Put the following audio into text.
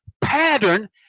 pattern